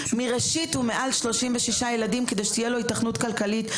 מראשית הוא מעל 36 ילדים כדי שתהיה לו היתכנות כלכלית.